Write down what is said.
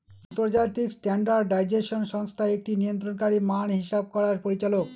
আন্তর্জাতিক স্ট্যান্ডার্ডাইজেশন সংস্থা একটি নিয়ন্ত্রণকারী মান হিসাব করার পরিচালক